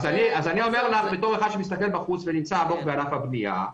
אז אני אומר לך כאחד שמסתכל מבחוץ ונמצא עמוק בענף הבניה,